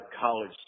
college